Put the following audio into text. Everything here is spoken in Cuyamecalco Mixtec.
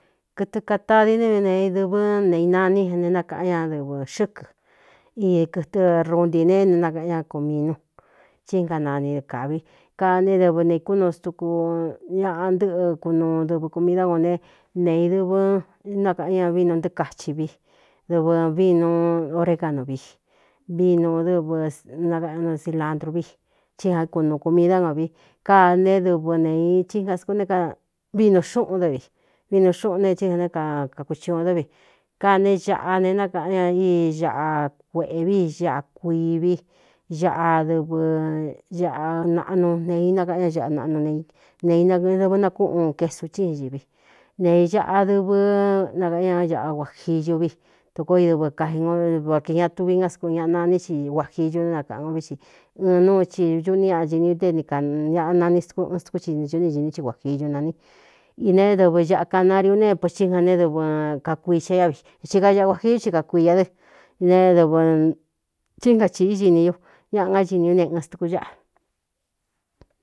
Kɨtɨ katadi nɨ vi neeidɨ̄vɨ́ neinainí ne nákaꞌán ña dɨvɨ̄ xɨ́kɨ̄ ii kɨtɨ runtī ne ne nakaꞌan ña kominu tí nga nani dɨ kāvi kaa ne dɨvɨ neīkúnuu stuku ñaꞌa ntɨ́ꞌɨ kunuu dɨvɨ kumi dá go ne nei dɨvɨn nákaꞌan ña vinu ntɨɨ kachi vi dɨvɨ vinu oreganu vi vinu dɨvɨ nakꞌña nosilandruvi tí jan kunuu kūmi dá ga vi kaa ne dɨvɨ neī vínu xúꞌun dɨ́ vi vinu xûꞌun ne tí jan né kakakuciuon ndó́ vi ka ne ñaꞌa ne nákaꞌan ña i ñaꞌa kueꞌēvi ñaꞌa kuivi ñaꞌa dɨvɨ ñaꞌa naꞌnu nee ī nakaꞌan ñá ñaꞌa naꞌnu ne nedɨvɨn nakúꞌū cestu tí ña ivi neīñaꞌa dɨvɨ nakaꞌan ña ñaꞌa kua jiyu vi toko i dɨvɨ kaji ngoor ki ña tuvi ngá skun ñaꞌa naní xi kuā jiyu né nakaꞌan o ví xi ɨn nuu ti ñuꞌní ñꞌa ñini ú nténi ka ñaꞌa nani stukú ɨn stukú inūꞌní ñiní i kuā jiñu naní inēé dɨvɨ ñaꞌa kanariu neépo cí jan ne dɨvɨ kakuixa iá vi axi ka aꞌa kuā jiú ci kakuia dɨ nedɨvtíngachīꞌí ñini ñu ñaꞌa ngácini ú ne ɨn stuku ñáꞌa.